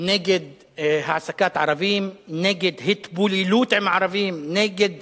נגד העסקת ערבים, נגד התבוללות עם ערבים, נגד